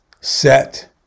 set